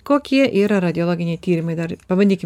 kokie yra radiologiniai tyrimai dar pabandykim